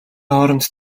хооронд